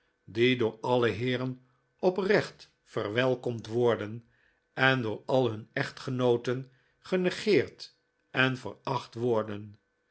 die door alle heeren oprecht verwelkomd worden en door al hun echtgenooten genegeerd en veracht worden